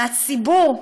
מהציבור,